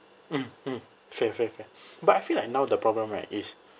mm mm fair fair fair but I feel like now the problem right is